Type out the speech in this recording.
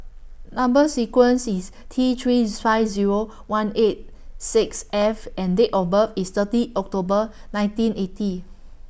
Number sequence IS T three five Zero one eight six F and Date of birth IS thirty October nineteen eighty